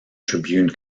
tribune